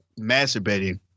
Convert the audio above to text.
masturbating